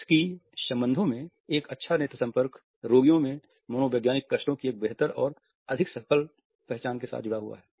चिकित्सीय संबंधों में एक अच्छा नेत्र संपर्क रोगियों में मनोवैज्ञानिक कष्टों की एक बेहतर और अधिक सफल पहचान के साथ जुड़ा हुआ है